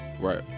Right